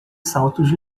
saltos